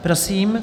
Prosím.